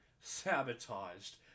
sabotaged